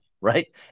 right